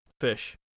fish